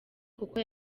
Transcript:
kuko